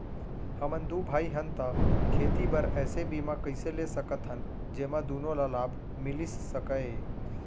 हमन दू भाई हन ता खेती बर ऐसे बीमा कइसे ले सकत हन जेमा दूनो ला लाभ मिलिस सकए?